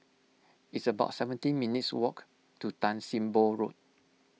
it's about seventeen minutes' walk to Tan Sim Boh Road